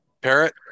Parrot